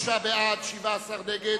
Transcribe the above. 43 בעד, 17 נגד,